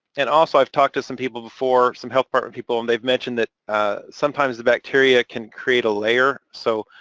and also i've talked to some people before, some health department and people, and they've mentioned that sometimes the bacteria can create a layer. so